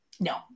No